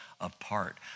apart